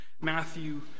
Matthew